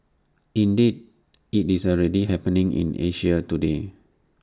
indeed IT is already happening in Asia today